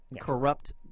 corrupt